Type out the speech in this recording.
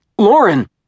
Lauren